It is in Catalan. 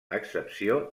excepció